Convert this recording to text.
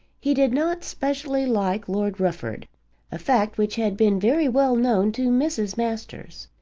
he did not specially like lord rufford a fact which had been very well known to mrs. masters.